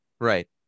Right